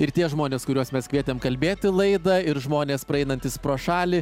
ir tie žmonės kuriuos mes kvietėm kalbėt į laidą ir žmonės praeinantys pro šalį